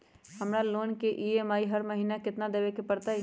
हमरा लोन के ई.एम.आई हर महिना केतना देबे के परतई?